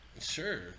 sure